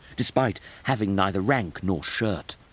despite having neither rank nor shirt,